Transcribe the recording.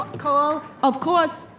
call, of course.